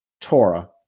Torah